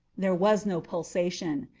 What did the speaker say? there was no pulsation.